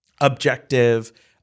objective